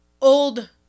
old